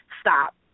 stop